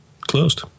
closed